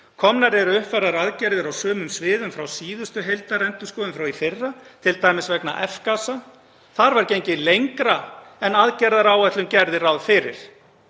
Komnar eru uppfærðar aðgerðir á sumum sviðum frá síðustu heildarendurskoðun frá í fyrra, t.d. vegna F-gasa. Þar var gengið lengra en aðgerðaáætlun gerði ráð fyrir.